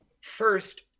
first